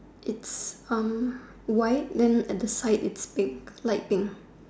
it's um white then at the side it's pink light pink